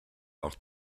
auch